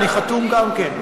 אני חתום גם כן.